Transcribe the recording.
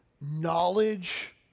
knowledge